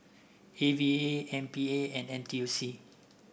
A V A M P A and N T U C